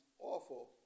awful